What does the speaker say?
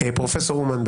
פרופסור אומן,